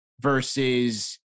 versus